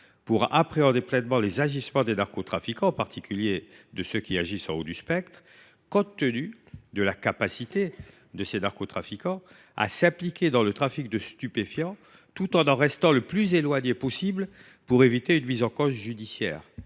pour appréhender pleinement les agissements des narcotrafiquants, en particulier de ceux qui agissent en haut du spectre, compte tenu de leur capacité à s’impliquer dans le trafic de stupéfiants tout en en restant suffisamment éloignés pour éviter une mise en cause judiciaire.